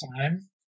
time